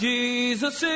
Jesus